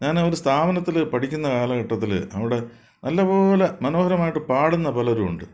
ഞാനൊരു സ്ഥാപനത്തിൽ പഠിക്കുന്ന കാലഘട്ടത്തിൽ അവിടെ നല്ലത് പോലെ മനോഹരമായിട്ട് പാടുന്ന പലരും ഉണ്ട്